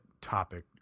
topic